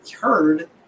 heard